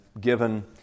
given